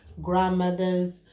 grandmothers